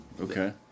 Okay